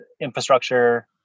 infrastructure